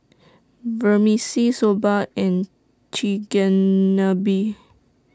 Vermicelli Soba and Chigenabe